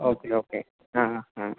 okay okay